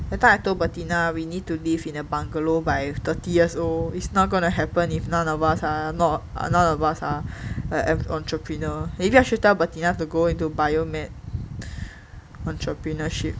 that time I told bettina we need to live in a bungalow by thirty years old it's not going to happen if none of us are not ah none of us are an entrepreneur maybe I should tell bettina to go into biomed entrepreneurship